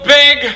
big